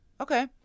okay